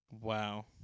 Wow